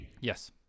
Yes